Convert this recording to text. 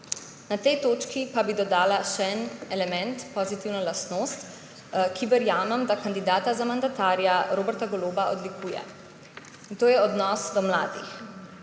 Na tej točki pa bi dodala še en element, pozitivno lastnost, ki verjamem, da kandidata za mandatarja Roberta Goloba odlikuje. In to je odnos do mladih.